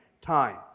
time